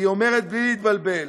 היא אומרת בלי להתבלבל: